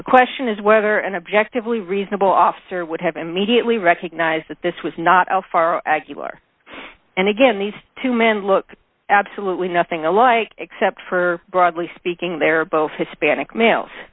the question is whether an objectively reasonable officer would have immediately recognized that this was not a far more and again these two men look absolutely nothing alike except for broadly speaking they're both hispanic males